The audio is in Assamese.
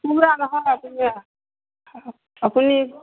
আপুনি